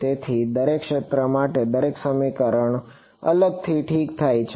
તેથી દરેક ક્ષેત્ર માટે દરેક સમીકરણ અલગથી ઠીક થાય છે